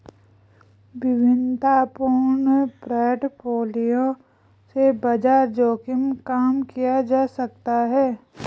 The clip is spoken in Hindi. विविधतापूर्ण पोर्टफोलियो से बाजार जोखिम कम किया जा सकता है